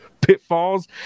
pitfalls